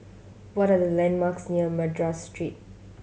what are the landmarks near Madras Street